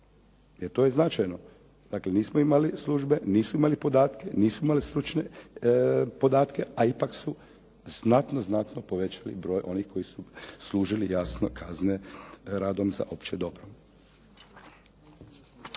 jer to je značajno. Dakle, nismo imali službe, nisu imali podatke, nisu imali stručne podatke, a ipak su znatno, znatno povećali broj onih koji su služili jasno kazne radom za opće dobro.